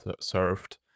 served